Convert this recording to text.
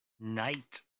Night